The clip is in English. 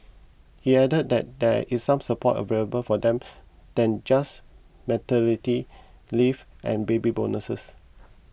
he added that there is some support available for them than just maternity leave and baby bonuses